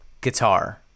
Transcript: guitar